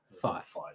five